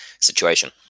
situation